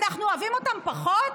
אנחנו אוהבים אותם פחות?